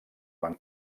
van